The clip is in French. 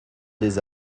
des